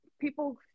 people